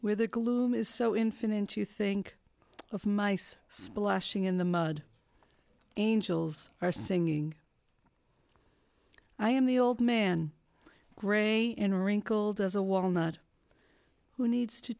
where the gloom is so infinite you think of mice splashing in the mud angels are singing i am the old man grey in wrinkled as a walnut who needs to